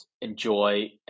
enjoy